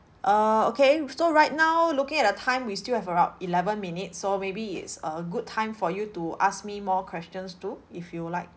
err okay so right now looking at the time we still have about eleven minutes so maybe it's a good time for you to ask me more questions too if you like